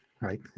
right